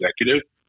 executive